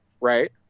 right